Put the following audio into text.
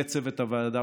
וצוות הוועדה,